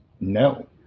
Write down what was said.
No